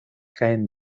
caen